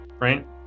right